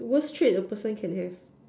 worst trip a person can have